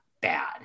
bad